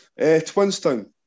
Twinstown